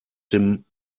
dem